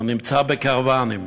הנמצאים בקרוונים.